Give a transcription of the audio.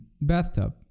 bathtub